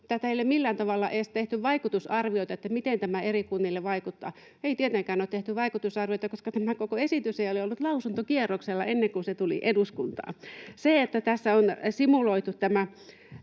ei ole millään tavalla edes tehty vaikutusarviota, että miten tämä eri kuntiin vaikuttaa. Ei tietenkään ole tehty vaikutusarviota, koska tämä koko esitys ei ole ollut lausuntokierroksella ennen kuin se tuli eduskuntaan. Vaikka tässä on simuloitu tämä